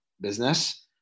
business